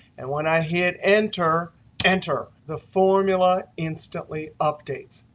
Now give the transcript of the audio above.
and when i hit enter enter the formula instantly updates.